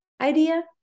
idea